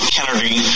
Kennedy